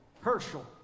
Herschel